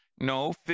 no